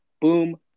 Boom